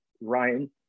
Ryan